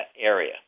area